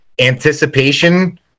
anticipation